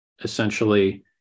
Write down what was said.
essentially